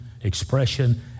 expression